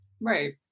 Right